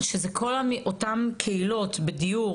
בכל אופן כרגע לשני דברים אנחנו